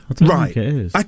right